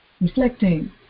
reflecting